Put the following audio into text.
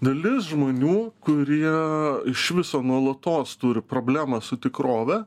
dalis žmonių kurie iš viso nuolatos turi problemą su tikrove